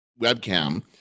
webcam